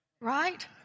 Right